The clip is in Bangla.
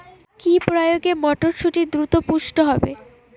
কি প্রয়োগে মটরসুটি দ্রুত পুষ্ট হবে?